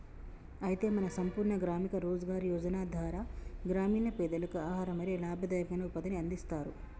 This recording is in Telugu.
అయితే మన సంపూర్ణ గ్రామీణ రోజ్గార్ యోజన ధార గ్రామీణ పెదలకు ఆహారం మరియు లాభదాయకమైన ఉపాధిని అందిస్తారు